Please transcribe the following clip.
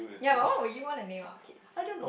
what but what would you wanna name our kids